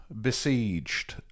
besieged